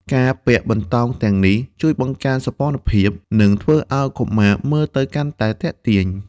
ការពាក់បន្តោងទាំងនេះជួយបង្កើនសោភ័ណភាព និងធ្វើឱ្យកុមារមើលទៅកាន់តែទាក់ទាញ។